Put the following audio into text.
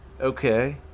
Okay